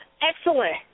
Excellent